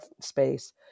space